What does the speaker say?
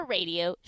Radio